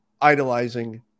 idolizing